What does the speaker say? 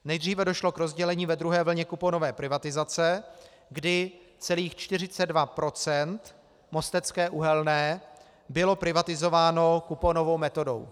Nejdříve došlo k rozdělení ve druhé vlně kuponové privatizace, kdy celých 42 % Mostecké uhelné bylo privatizováno kuponovou metodou.